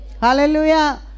Hallelujah